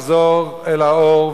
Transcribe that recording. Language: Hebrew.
וגם אלה שזכו לחזור אל האור,